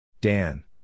Dan